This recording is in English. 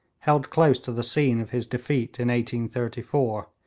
held close to the scene of his defeat in thirty four,